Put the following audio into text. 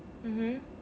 mmhmm